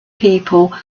people